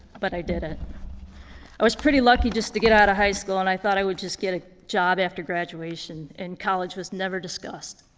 but i did it. i was pretty lucky just to get out of high school. and i thought i would just get a job after graduation, and college was never discussed.